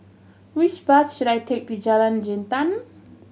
which bus should I take to Jalan Jintan